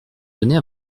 donner